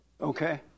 Okay